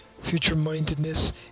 Future-mindedness